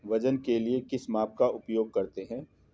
वजन के लिए किस माप का उपयोग करते हैं?